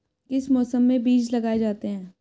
किस मौसम में बीज लगाए जाते हैं?